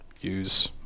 use